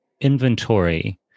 inventory